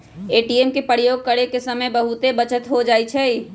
ATM के प्रयोग करे से समय के बहुते बचत हो जाइ छइ